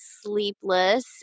sleepless